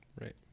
Right